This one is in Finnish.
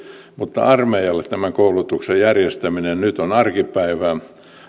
mutta armeijalle tämän koulutuksen järjestäminen nyt on arkipäivää